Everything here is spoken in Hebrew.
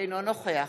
אינו נוכח